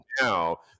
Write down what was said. Now